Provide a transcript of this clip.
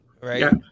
right